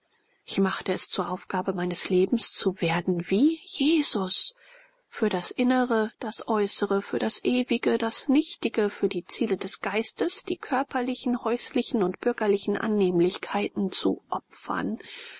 ich machte es zur aufgabe meines lebens zu werden wie jesus für das innere das äußere für das ewige das nichtige für die ziele des geistes die körperlichen häuslichen und bürgerlichen annehmlichkeiten zu opfern